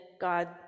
God